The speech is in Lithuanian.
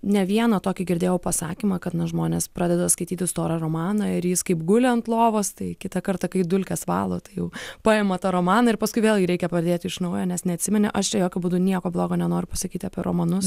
ne vieną tokį girdėjau pasakymą kad na žmonės pradeda skaityti storą romaną ir jis kaip guli ant lovos tai kitą kartą kai dulkes valot jau paima tą romaną ir paskui vėl jį reikia pradėti iš naujo nes neatsimeni aš čia jokiu būdu nieko blogo nenoriu pasakyti apie romanus